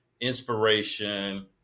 inspiration